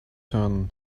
hören